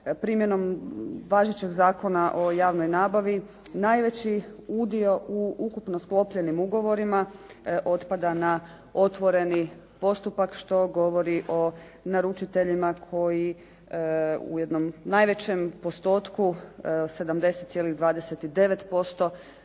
primjenom važećeg Zakona o javnoj nabavi najveći udio u ukupno sklopljenim ugovorima otpada na otvoreni postupak što govori o naručiteljima koji u jednom najvećem postotku 70,29%